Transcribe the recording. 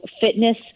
fitness